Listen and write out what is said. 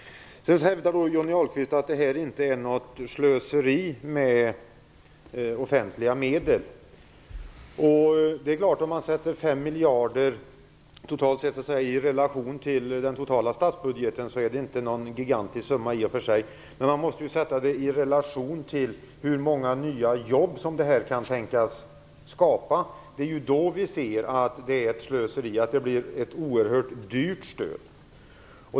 Sedan hävdar Johnny Ahlqvist att detta inte är något slöseri med offentliga medel. Om vi sätter 5 miljarder i relation till den totala statsbudgeten är det i och för sig inte någon gigantiskt summa. Men man måste ju sätta den i relation till hur många nya jobb som det här kan tänkas skapa. Det är ju då vi ser att det är ett slöseri. Det blir ett oerhört dyrt stöd.